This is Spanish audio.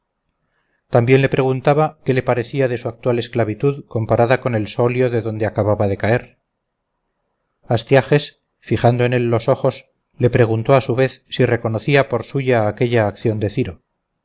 también le preguntaba qué le parecía de su actual esclavitud comparada con el sólio de donde acababa de caer astiages fijando en él los ojos le preguntó a su vez si reconocía por suya aquella acción de ciro